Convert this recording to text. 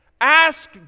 ask